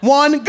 one